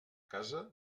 casa